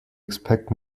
expect